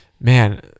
Man